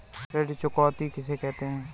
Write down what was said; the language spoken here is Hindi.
ऋण चुकौती किसे कहते हैं?